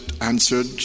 answered